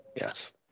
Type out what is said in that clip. Yes